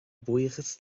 buíochas